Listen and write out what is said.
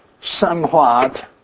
somewhat